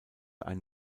ein